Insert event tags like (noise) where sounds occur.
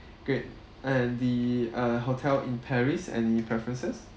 (breath) great and the uh hotel in paris any preferences